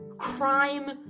crime